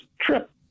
trip